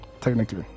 Technically